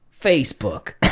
Facebook